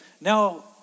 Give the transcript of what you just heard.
Now